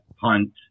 punt